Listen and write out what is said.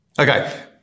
Okay